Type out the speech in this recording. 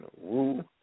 woo